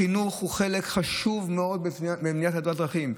החינוך הוא חלק חשוב מאוד במניעת תאונות דרכים.